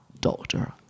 doctor